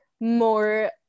more